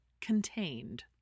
contained